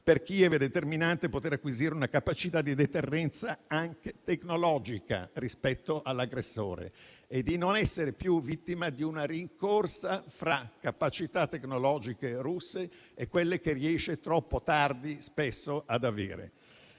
Per Kiev è determinante poter acquisire una capacità di deterrenza anche tecnologica rispetto all'aggressore e di non essere più vittima di una rincorsa fra capacità tecnologiche russe e quelle che riesce - spesso troppo tardi - spesso ad avere.